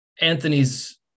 Anthony's